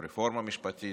או הרפורמה המשפטית,